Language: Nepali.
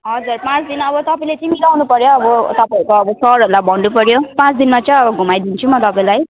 हजुर पाँच दिन अब तपाईँले चाहिँ मिलाउनु पर्यो अब तपाईँहरू त अब सरहरूलाई भन्नुपर्यो पाँच दिनमा चाहिँ अब घुमाइदिन्छु म तपाईँलाई